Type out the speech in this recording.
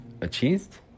Achieved